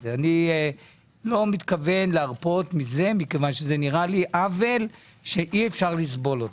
אני לא מתכוון להרפות מזה כי נראה לי עוול שאי אפשר לסבול אותו.